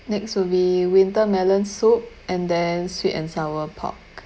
next will be winter melon soup and then sweet and sour pork